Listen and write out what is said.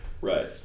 Right